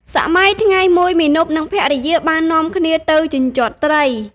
សម័យថ្ងៃមួយ មាណព និងភរិយាបាននាំគ្នាទៅជញ្ជាត់ត្រី។